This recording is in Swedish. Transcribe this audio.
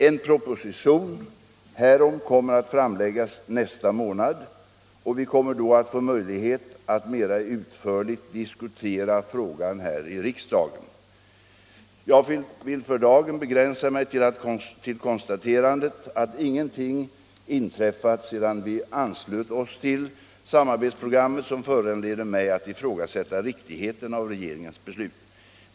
En proposition härom kommer att framläggas nästa månad, och vi kommer då att få möjlighet att mera utförligt diskutera frågan här i riksdagen. Jag vill för dagen begränsa mig till konstaterandet att ingenting inträffat sedan vi anslöt oss till samarbetsprogrammet som föranleder mig att ifrågasätta riktigheten av regeringens beslut.